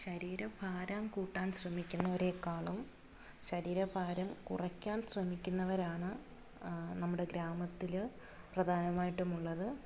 ശരീരഭാരം കൂട്ടാൻ ശ്രമിക്കുന്നവരേക്കാളും ശരീരഭാരം കുറക്കാൻ ശ്രമിക്കുന്നവരാണ് നമ്മുടെ ഗ്രാമത്തിൽ പ്രധാനമായിട്ടുമുള്ളത്